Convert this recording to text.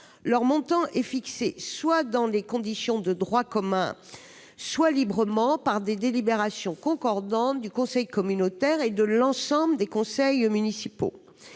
Leur montant est fixé, soit dans les conditions de droit commun, soit librement par des délibérations concordantes du conseil communautaire et de l'ensemble des conseils municipaux.